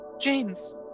James